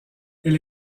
elle